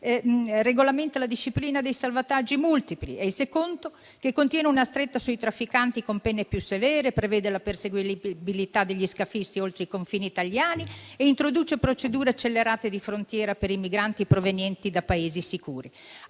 regolamenta la disciplina dei salvataggi multipli; il secondo contiene una stretta sui trafficanti con pene più severe, prevede la perseguibilità degli scafisti oltre i confini italiani e introduce procedure accelerate di frontiera per i migranti provenienti da Paesi sicuri.